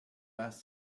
west